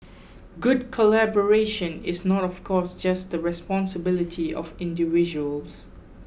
good collaboration is not of course just the responsibility of individuals